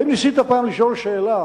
האם ניסית פעם לשאול שאלה